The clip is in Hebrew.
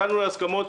הגענו להסכמות.